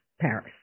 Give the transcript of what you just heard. Paris